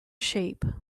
shape